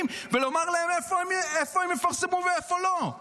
ולומר להם איפה הם יפרסמו ואיפה לא.